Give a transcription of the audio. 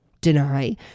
deny